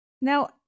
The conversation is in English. Now